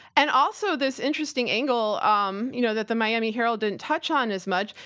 and also, this interesting angle um you know that the miami herald didn't touch on as much,